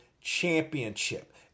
Championship